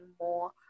more